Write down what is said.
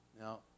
Now